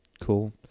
Cool